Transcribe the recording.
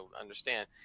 understand